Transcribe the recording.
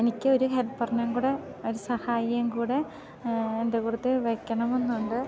എനിക്കൊരു ഹെൽപ്പർനേയും കൂടെ ഒരു സഹായിയേയും കൂടെ എൻ്റെ കൂടത്ത് വെക്കണമെന്നുണ്ട്